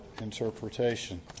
interpretation